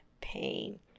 pain